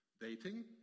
Dating